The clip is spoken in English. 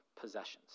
possessions